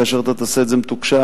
כאשר אתה תעשה את זה מתוקשב,